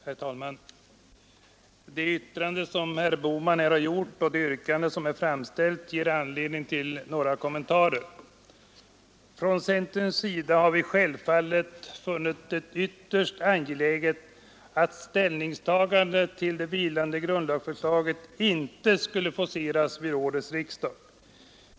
Herr talman! Det yttrande som herr Bohman här har gjort och det yrkande som framställts ger anledning till några kommentarer. Från centerns sida har vi självfallet funnit det ytterst angeläget att ställningstagandet till det vilande grundlagsförslaget inte skulle forceras vid årets riksdag.